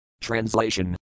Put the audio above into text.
Translation